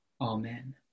Amen